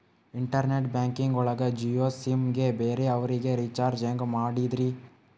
Internet banking ಒಳಗ Jio SIM ಗೆ ಬೇರೆ ಅವರಿಗೆ ರೀಚಾರ್ಜ್ ಹೆಂಗ್ ಮಾಡಿದ್ರಿ?